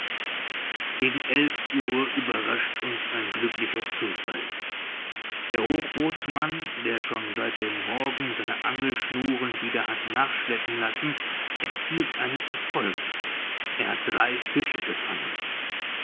gegen elf uhr überrascht uns ein glücklicher zufall der hochbootsmann der schon seit dem morgen seine angelschnuren wieder hat nachschleppen lassen erzielt einen erfolg er hat drei fische gefangen